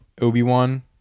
Obi-Wan